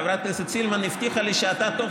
חברת הכנסת סילמן הבטיחה לי שאתה תוך